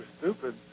stupid